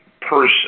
person